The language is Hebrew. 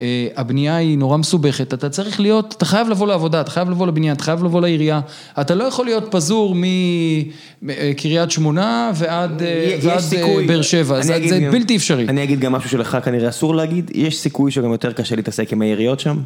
הבנייה היא נורא מסובכת, אתה צריך להיות, אתה חייב לבוא לעבודה, אתה חייב לבוא לבנייה, אתה חייב לבוא לעירייה, אתה לא יכול להיות פזור מקריית שמונה ועד באר שבע, זה בלתי אפשרי. אני אגיד גם משהו שלך, כנראה אסור להגיד, יש סיכוי שגם יותר קשה להתעסק עם העיריות שם